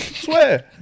Swear